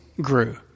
grew